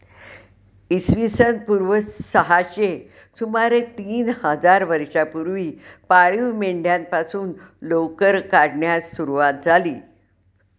इसवी सन पूर्व सहाशे सुमारे तीन हजार वर्षांपूर्वी पाळीव मेंढ्यांपासून लोकर काढण्यास सुरवात झाली